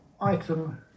Item